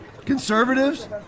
conservatives